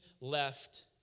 left